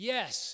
Yes